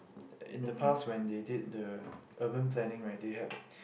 in the past when they did the urban planning right they had